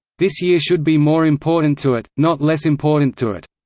this year should be more important to it, not less important to it.